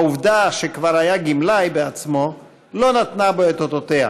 העובדה שכבר היה גמלאי בעצמו לא נתנה בו את אותותיה,